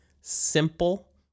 Simple